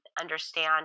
understand